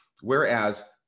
whereas